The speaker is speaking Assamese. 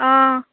অঁ